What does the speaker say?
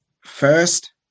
first